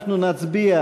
כלומר, נצביע